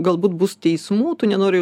galbūt bus teismų tu nenori